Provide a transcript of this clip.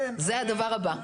זה הדבר הבא.